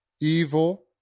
evil